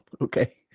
Okay